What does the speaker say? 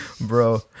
Bro